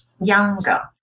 younger